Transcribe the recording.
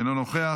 אינו נוכח,